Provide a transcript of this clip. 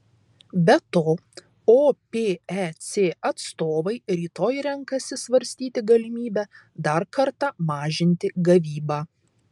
be to opec atstovai rytoj renkasi svarstyti galimybę dar kartą mažinti gavybą